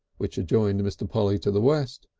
which adjoined mr. polly to the west,